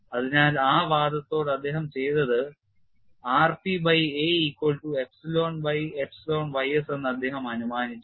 അതിനാൽ ആ വാദത്തോടെ അദ്ദേഹം ചെയ്തത് rp by a equal to epsilon by epsilon ys എന്ന് അദ്ദേഹം അനുമാനിച്ചു